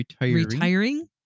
retiring